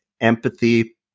empathy